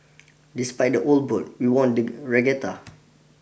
despite the old boat we won the regatta